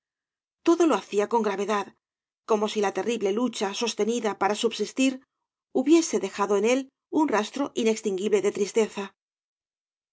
todo lo hacía con gravedad como si la terrible lucha sostenida para subsistir hubiese dejado en él un rastro inextinguible de tristeza